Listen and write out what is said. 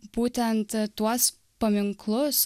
būtent tuos paminklus